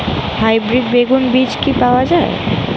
Hybrid বেগুন বীজ কি পাওয়া য়ায়?